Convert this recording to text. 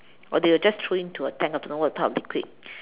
or they will just throw into a tank I don't what type of liquid